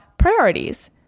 priorities